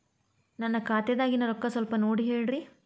ನನ್ನ ಖಾತೆದಾಗಿನ ರೊಕ್ಕ ಸ್ವಲ್ಪ ನೋಡಿ ಹೇಳ್ರಿ